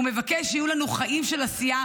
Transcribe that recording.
ומבקש שיהיו לנו חיים של עשייה